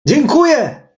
dziękuję